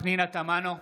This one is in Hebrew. פנינה תמנו,